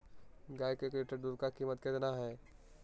गाय के एक लीटर दूध का कीमत कितना है?